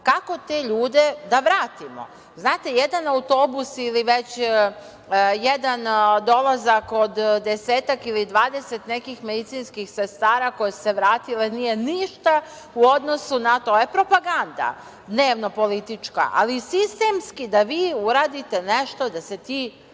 kako te ljude da vrtimo. Znate, jedan autobus ili već jedan dolazak od desetak ili dvadeset nekih medicinskih sestara koje su se vratile nije ništa u odnosu na, to je propaganda, dnevno politička, ali sistemski da vi uradite nešto da se ti